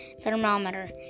thermometer